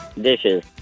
dishes